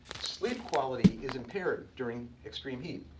sleep quality is impaired during extreme heat.